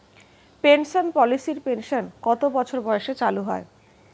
Pension পলিসির pension কত বছর বয়সে চালু হয়?